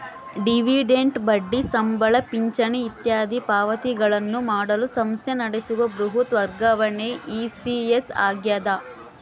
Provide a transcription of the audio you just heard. dividend ಬಡ್ಡಿ ಸಂಬಳ ಪಿಂಚಣಿ ಇತ್ಯಾದಿ ಪಾವತಿಗಳನ್ನು ಮಾಡಲು ಸಂಸ್ಥೆ ನಡೆಸುವ ಬೃಹತ್ ವರ್ಗಾವಣೆ ಇ.ಸಿ.ಎಸ್ ಆಗ್ಯದ